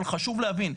אבל חשוב להבין,